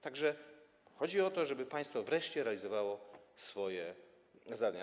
Tak że chodzi o to, żeby państwo wreszcie realizowało swoje zadania.